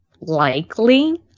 likely